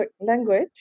language